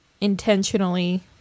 intentionally